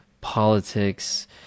politics